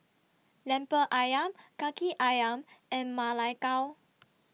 Lemper Ayam Kaki Ayam and Ma Lai Gao